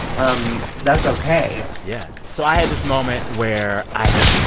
um that's ok yeah. so i had this moment where i had,